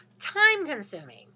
time-consuming